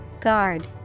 Guard